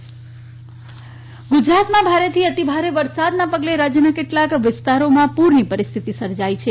ગુજરાત વરસાદ ગુજરાતમાં ભારેથી અતિભારે વરસાદના પગલે રાજયના કેટલાક વિસ્તારોમાં પુરની પરિસ્થિતિ સર્જાઇ છે